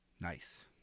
Nice